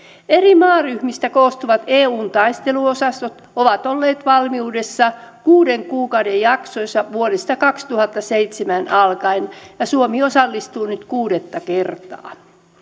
eri maaryhmistä koostuvat eun taisteluosastot ovat olleet valmiudessa kuuden kuukauden jaksoissa vuodesta kaksituhattaseitsemän alkaen ja suomi osallistuu nyt kuudetta kertaa